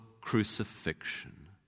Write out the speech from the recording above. crucifixion